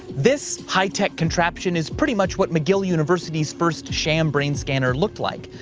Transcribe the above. this high tech contraption is pretty much what mcgill university's first sham brain scanner looked like.